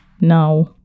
Now